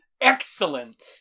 Excellent